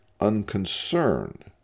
unconcerned